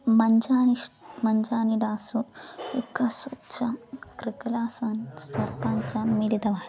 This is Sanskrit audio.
मञ्चानिष् मञ्चानिडासु उक्खस्वच्छं क्रुकलासान् सर्पाञ्चां मिलितावान्